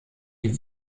die